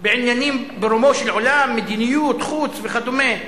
בעניינים ברומו של עולם, מדיניות חוץ וכדומה.